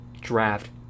draft